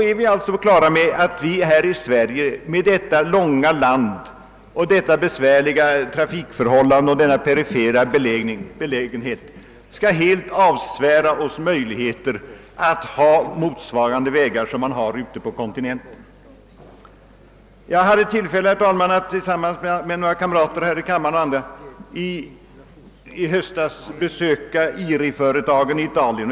Vi är alltså på det klara med att vi i detta långsträckta land med dessa besvärliga trafikförhållanden och denna perifera belägenhet helt skall avsvära oss möjligheten att ha vägar motsvarande dem som finns på kontinenten. Jag hade, herr talman, tillfälle att tillsammans med några kamrater här i kammaren och andra i höstas besöka IRI-företagen i Italien.